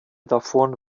davon